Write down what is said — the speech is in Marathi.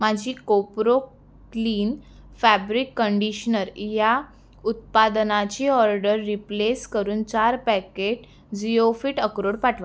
माझी कोपरो क्लीन फॅब्रिक कंडिशनर या उत्पादनाची ऑर्डर रिप्लेस करून चार पॅकेट झिओफिट अक्रोड पाठवा